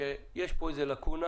שיש פה איזו לאקונה